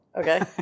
Okay